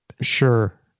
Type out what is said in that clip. sure